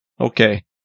Okay